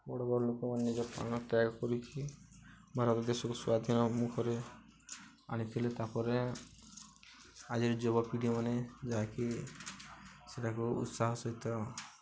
ବଡ଼ ବଡ଼ ଲୋକମାନେ ନିଜ ପ୍ରାଣ ତ୍ୟାଗ କରିକି ଭାରତ ଦେଶକୁ ସ୍ଵାଧୀନମୁଖରେ ଆଣିଥିଲେ ତା'ପରେ ଆଜିର ଯୁବାପିଢ଼ିମାନେ ଯାହାକି ସେଇଟାକୁ ଉତ୍ସାହ ସହିତ